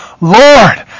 Lord